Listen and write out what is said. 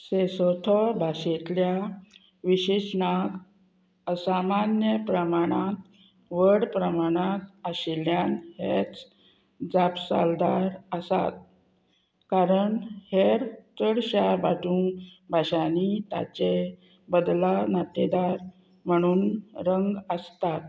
Sesotho भाशेंतल्या विशेशनाक असामान्य प्रमाणांत व्हड प्रमाणांत आशिल्ल्यान हेच जापसालदार आसात कारण हेर चडश्या भाजूं भाशांनी ताचे बदला नातेदार म्हणून रंग आसतात